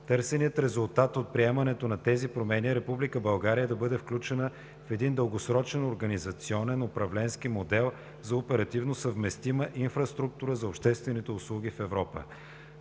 Търсеният резултат от приемането на тези промени е Република България да бъде включена в един дългосрочен организационен, управленски модел за оперативно съвместима инфраструктура за обществените услуги в Европа.